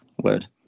word